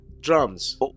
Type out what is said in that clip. Drums